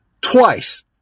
twice